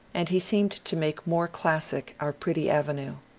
and he seemed to make more classic our pretty avenue.